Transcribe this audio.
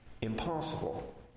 impossible